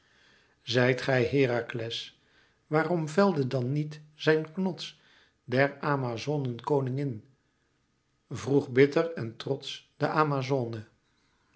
zijt gij herakles waarom velde dan niet zijn knots der amazonen koningin vroeg bitter en trotsch de amazone